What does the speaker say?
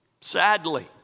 Sadly